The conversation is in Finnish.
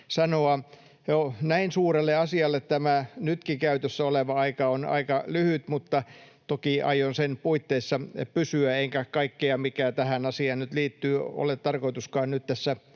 Näin suurelle asialle tämä nytkin käytössä oleva aika on aika lyhyt, mutta toki aion sen puitteissa pysyä, eikä kaikkea, mikä tähän asiaan nyt liittyy, ole tarkoituskaan nyt tässä